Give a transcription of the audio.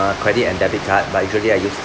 uh credit and debit card but usually I use